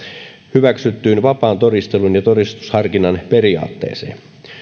hyväksyttyyn vapaan todistelun ja todistusharkinnan periaatteeseen